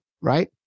right